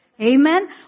amen